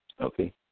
Okay